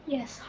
Yes